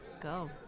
go